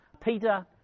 Peter